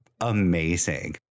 amazing